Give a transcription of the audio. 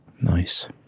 Nice